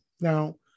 Now